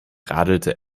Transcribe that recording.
radelte